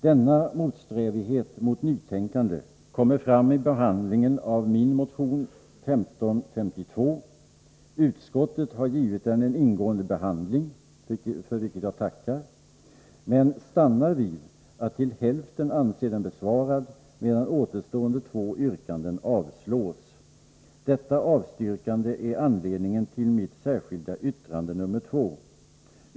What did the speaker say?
Denna motsträvighet mot nytänkande kommer fram i behandlingen av min motion 1552. Utskottet har givit den en ingående behandling, för vilket jag tackar, men stannar vid att till hälften anse den besvarad, medan återstående två yrkanden avstyrks. Detta avstyrkande är anledningen till mitt särskilda yttrande nr 2.